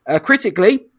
Critically